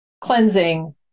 cleansing